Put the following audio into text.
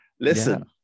Listen